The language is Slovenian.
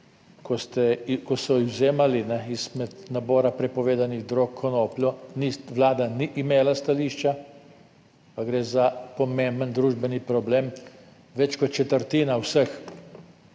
ko so izvzemali izmed nabora prepovedanih drog konopljo, Vlada ni imela stališča, pa gre za pomemben družbeni problem več kot četrtina vseh